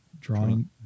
Drawing